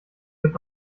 wird